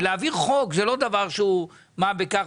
ולהעביר חוק זה לא דבר שהוא מה בכך,